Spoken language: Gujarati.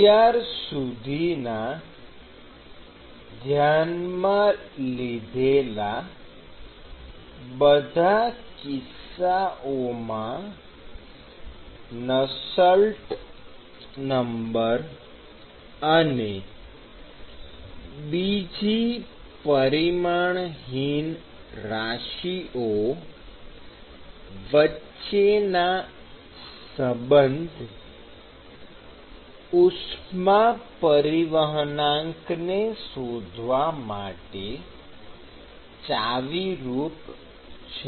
અત્યાર સુધીના ધ્યાનમાં લીધેલા બધા કિસ્સાઓમાં Nu અને બીજી પરિમાણહીન રાશિઓ વચ્ચેનો સંબંધ ઉષ્મા પરિવહનાંકને શોધવા માટે ચાવીરૂપ છે